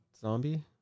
zombie